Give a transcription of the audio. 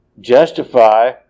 justify